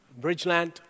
Bridgeland